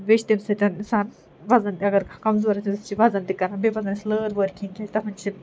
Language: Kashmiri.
بیٚیہِ چھِ تَمہِ سۭتٮ۪ن اِنسان وزن اگر کمزور آسہِ چھِ وزن تہِ کَران بیٚیہِ پزن اَسہِ لٲر وٲر کھیٚنۍ تِکیٛازِ تتھ منٛز چھِ